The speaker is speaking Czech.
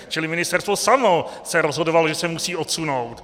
Čili ministerstvo samo se rozhodovalo, že se musí odsunout.